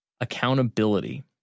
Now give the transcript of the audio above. Accountability